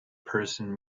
person